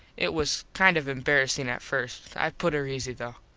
it was kind of embarassing at first. i put her easy though.